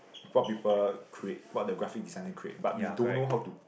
what people create what the graphic designer create but we don't know how to